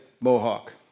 mohawk